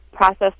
processed